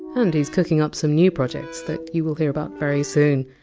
and he's cooking up some new projects that you will hear about very soon.